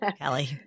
Kelly